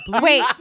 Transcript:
Wait